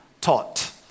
taught